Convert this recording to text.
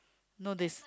no they